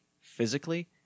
physically